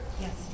Yes